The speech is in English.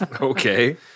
okay